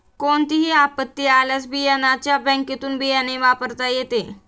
कोणतीही आपत्ती आल्यास बियाण्याच्या बँकेतुन बियाणे वापरता येते